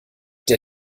der